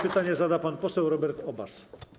Pytanie zada pan poseł Robert Obaz.